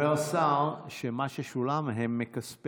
גם זה